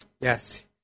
Yes